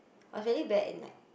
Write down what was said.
I was really bad in like